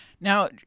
now